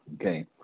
Okay